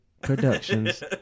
productions